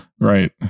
Right